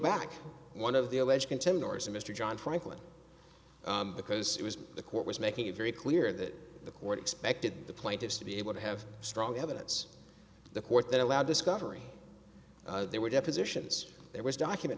back one of the alleged contenders mr john franklin because it was the court was making it very clear that the court expected the plaintiffs to be able to have strong evidence the court that allowed discovery there were depositions there was document